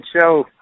show